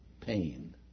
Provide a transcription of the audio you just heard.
pain